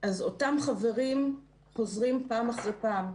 אז אותם חברים חוזרים פעם אחרי פעם.